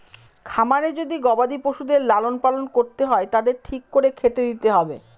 খামারে যদি গবাদি পশুদের লালন পালন করতে হয় তাদের ঠিক করে খেতে দিতে হবে